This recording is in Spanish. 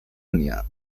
anya